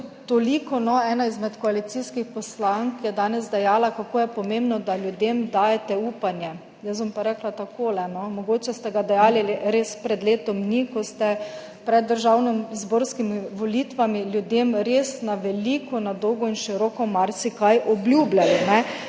toliko. Ena izmed koalicijskih poslank je danes dejala, kako je pomembno, da ljudem dajete upanje. Jaz bom pa rekla takole. Mogoče ste ga dajali res pred letom dni, ko ste pred državnozborskimi volitvami ljudem res na veliko, na dolgo in široko marsikaj obljubljali.